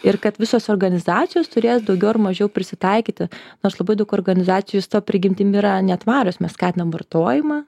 ir kad visos organizacijos turės daugiau ar mažiau prisitaikyti nors labai daug organizacijų savo prigimtimi yra netvarios mes skatinam vartojimą